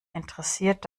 interessiert